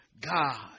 God